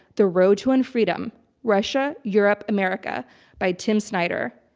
the road to unfreedom russia, europe, america by tim snyder.